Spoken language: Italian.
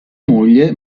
moglie